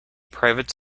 private